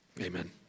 Amen